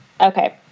Okay